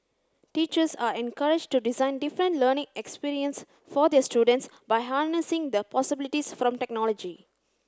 teachers are encouraged to design different learning experience for their students by harnessing the possibilities from technology